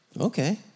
okay